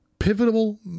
pivotal